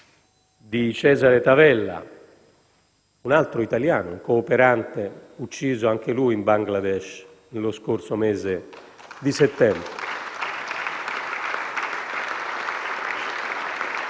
di Cesare Tavella, un altro italiano, un cooperante ucciso anche lui in Bangladesh lo scorso mese di settembre.